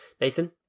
Nathan